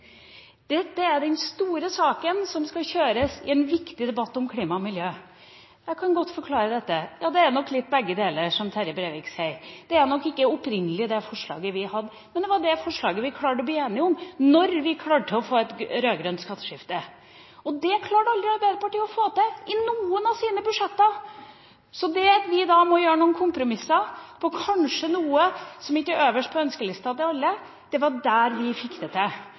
Dette er den store saken som skal kjøres i en viktig debatt om klima og miljø. Jeg kan godt forklare dette. Ja, det er nok litt begge deler, som Terje Breivik sier. Det er nok ikke opprinnelig det forslaget vi hadde, men det var det forslaget vi klarte å bli enige om da vi klarte å få et grønt skatteskifte. Det klarte aldri Arbeiderpartiet å få til i noen av sine budsjetter. Så det at vi må gjøre kompromisser på noe som kanskje ikke er øverst på ønskelisten til alle – det var der vi fikk det til.